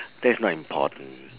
that is not important